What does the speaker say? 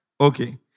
Okay